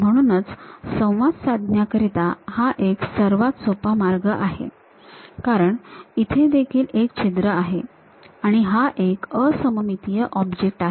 म्हणूनच संवाद साधण्याकरिता हा एक सर्वात सोपा मार्ग आहे कारण इथे देखील एक छिद्र आहे आणि हा एक असममितीय ऑब्जेक्ट आहे